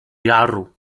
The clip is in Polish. jaru